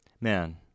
man